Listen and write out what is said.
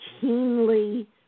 keenly